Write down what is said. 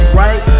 right